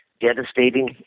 devastating